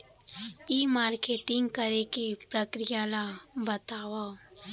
ई marketing करे के प्रक्रिया ला बतावव?